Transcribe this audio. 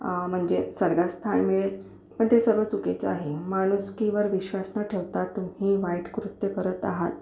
म्हणजे स्वर्गात स्थान मिळेल पण ते सर्व चुकीचं आहे माणुसकीवर विश्वास न ठेवता तुम्ही वाईट कृत्य करत आहात